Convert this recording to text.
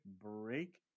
break